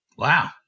Wow